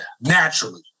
naturally